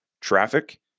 Traffic